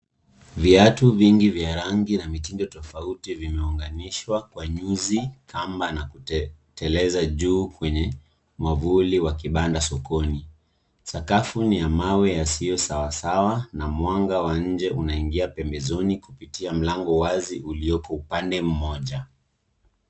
Viatu vingi vya rangi na mitindo tofauti vimeunganishwa kwa nyuzi, kamba na kuning'inia juu kwenye mwamvuli wa kibanda sokoni. Sakafu ni ya mawe yasio sawasawa, na mwanga wa nje unaingia pembezoni kupitia mlango wazi ulioko upande mmoja.